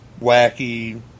wacky